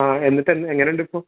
ആ എന്നിട്ട് ന്ന് എങ്ങനെ ഉണ്ട് ഇപ്പോൾ